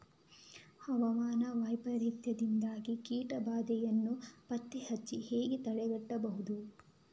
ಹವಾಮಾನ ವೈಪರೀತ್ಯದಿಂದಾಗಿ ಕೀಟ ಬಾಧೆಯನ್ನು ಪತ್ತೆ ಹಚ್ಚಿ ಹೇಗೆ ತಡೆಗಟ್ಟಬಹುದು?